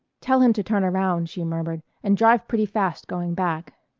tell him to turn around, she murmured, and drive pretty fast going back.